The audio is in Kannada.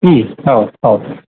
ಹ್ಞೂ ಹೌದು ಹೌದು